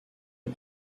est